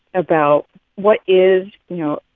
about what is, you know,